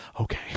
okay